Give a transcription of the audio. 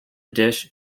dish